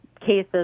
cases